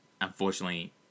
unfortunately